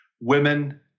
women